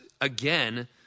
again